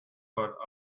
but